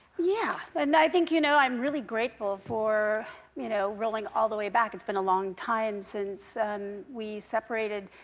yeah. and i think you know i'm really grateful for you know rolling all the way back. it's been a long time since we separated.